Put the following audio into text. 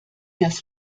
das